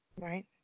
Right